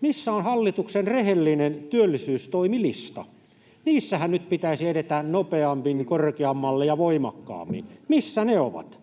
Missä on hallituksen rehellinen työllisyystoimilista? Niissähän nyt pitäisi edetä nopeammin, korkeammalle ja voimakkaammin — missä ne ovat?